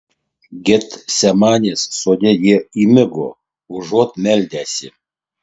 getsemanės sode jie įmigo užuot meldęsi